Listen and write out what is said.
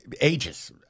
ages